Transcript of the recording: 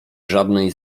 żadnej